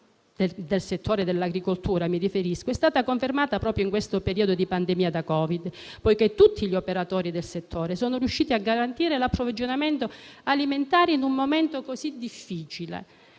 strategicità dell'agricoltura è stata confermata proprio in questo periodo di pandemia da Covid, dato che tutti gli operatori del settore sono riusciti a garantire l'approvvigionamento alimentare in un momento così difficile,